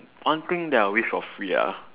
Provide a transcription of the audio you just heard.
one thing that I wish for free ah